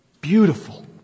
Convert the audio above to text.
Beautiful